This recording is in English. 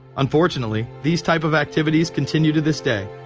unfortunately, these type of activities continue to this day.